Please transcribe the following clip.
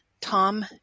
Tom